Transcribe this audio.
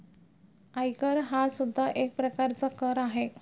आयकर हा सुद्धा एक प्रकारचा कर आहे